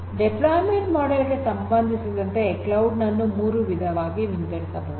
deployment model ಗೆ ಸಂಬಂಧಿಸಿದಂತೆ cloud ನನ್ನು ಮೂರು ವಿಧವಾಗಿ ವಿಂಗಡಿಸಬಹುದು